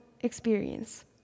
experience